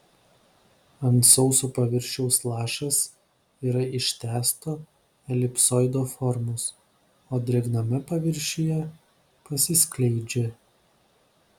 ant sauso paviršiaus lašas yra ištęsto elipsoido formos o drėgname paviršiuje pasiskleidžia